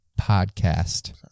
podcast